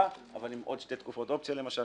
אבל עם עוד שתי תקופות אופציה למשל,